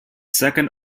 second